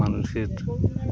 মানুষের